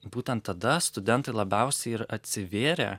būtent tada studentai labiausiai ir atsivėrė